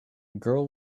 girl